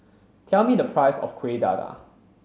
tell me the price of Kuih Dadar